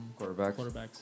Quarterbacks